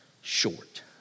short